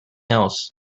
else